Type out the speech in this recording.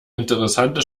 interessante